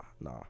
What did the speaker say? nah